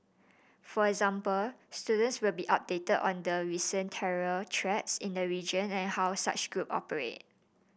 for example students will be updated on the recent terror threats in the region and how such group operate